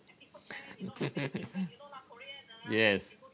yes